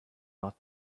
not